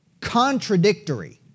contradictory